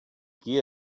qui